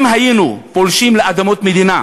אם היינו פולשים לאדמות מדינה,